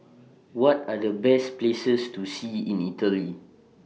What Are The Best Places to See in Italy